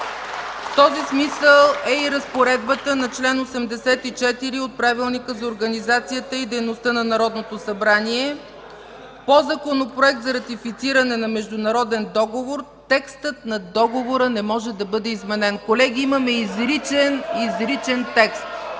този смисъл е и разпоредбата на чл. 84 от Правилника за организацията и дейността на Народното събрание. По Законопроект за ратифициране на международен договор текстът на договора не може да бъде изменен. Колеги, имаме изричен текст.